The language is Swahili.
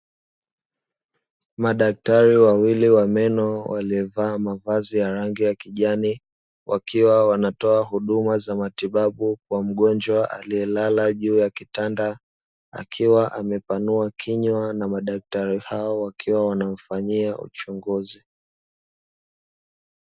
Madaktari wawili wa meno waliovaa mavazi ya rangi ya kijani, wakiwa wanatoa huduma za matibabu kwa mgonjwa aliyelala juu ya kitanda, akiwa amepanua kinywa na madaktari hao wakiwa wanamfanyia uchunguzi.